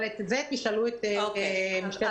אבל את זה תשאלו את משטרת ישראל.